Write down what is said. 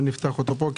בוקר טוב.